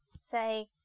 say